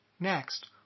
Next